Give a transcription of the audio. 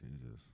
Jesus